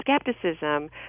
skepticism